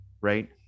right